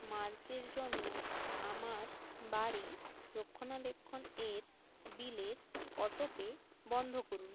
মার্চের জন্য আমার বাড়ি রক্ষণাবেক্ষণ এর বিলের অটোপে বন্ধ করুন